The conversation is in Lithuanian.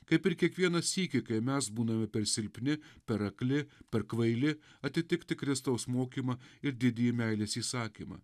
kaip ir kiekvieną sykį kai mes būname per silpni per akli per kvaili atitikti kristaus mokymą ir didįjį meilės įsakymą